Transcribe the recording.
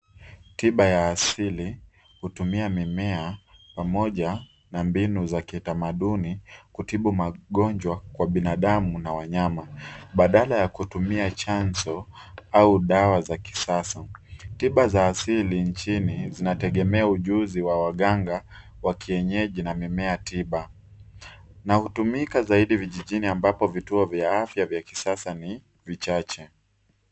Tiba ya asili, hutumia mimea pamoja na mbinu za kitamaduni kutibu magonjwa kwa binadamu na wanyama. Badala ya kutumia chanzo, au dawa za kisasa. Tiba za asili nchini, zinategemea ujuzi wa waganga wa kienyeji na mimea tiba, na hutumika zaidi vijijini ambapo vituo vya afya vya kisasa ni vichache.